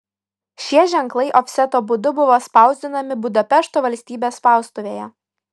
šie ženklai ofseto būdu buvo spausdinami budapešto valstybės spaustuvėje